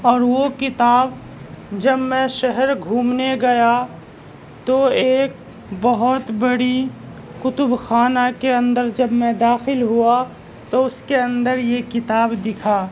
اور وہ کتاب جب میں شہر گھومنے گیا تو ایک بہت بڑی کتب خانہ کے اندر جب میں داخل ہوا تو اس کے اندر یہ کتاب دکھا